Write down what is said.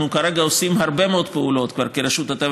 אנחנו כרגע עושים הרבה מאוד פעולות ברשות הטבע